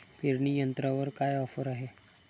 पेरणी यंत्रावर काय ऑफर आहे?